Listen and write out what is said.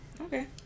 Okay